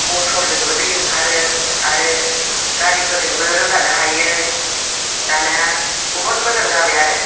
मथरजोंबो दै ओंखारो आरो गारिफोरजोंबो रोगानो हायो दानिया बहुत मोजां जाबाय आरो